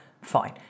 fine